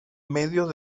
medios